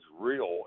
real